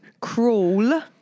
Crawl